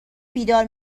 بیدار